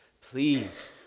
Please